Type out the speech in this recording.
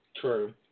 True